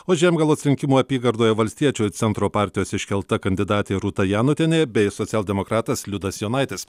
o žiemgalos rinkimų apygardoje valstiečių centro partijos iškelta kandidatė rūta janutienė bei socialdemokratas liudas jonaitis